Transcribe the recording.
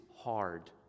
hard